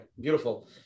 Beautiful